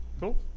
Cool